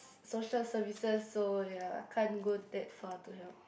s~ social services so ya can't go that far to help